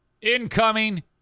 Incoming